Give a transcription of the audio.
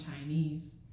Chinese